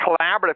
Collaborative